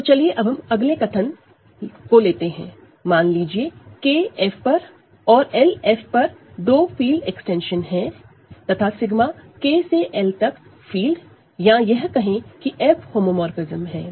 तो चलिए अब हम अगले कथन को लेते हैं मान लीजिए K ओवर F पर और L ओवर F पर दो फील्ड एक्सटेंशन है तथा 𝜎 K → L तक फील्ड या यह कहें कि F होमोमोरफ़िज्म है